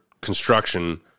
construction